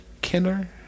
Kenner